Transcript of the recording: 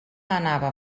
anava